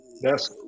Yes